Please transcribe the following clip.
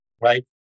right